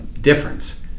difference